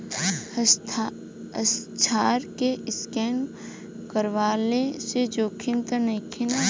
हस्ताक्षर के स्केन करवला से जोखिम त नइखे न?